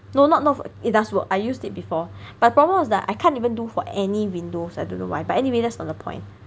no not not it does work I used it before but problem is that I can't even do it for any windows I don't know why but anyway that's not the point